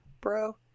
bro